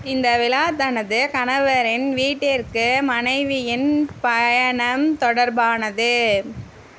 இந்த விழா தனது கணவரின் வீட்டிற்கு மனைவியின் பயணம் தொடர்பானது